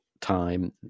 time